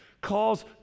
calls